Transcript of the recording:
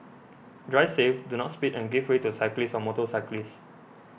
drive safe do not speed and give way to cyclists or motorcyclists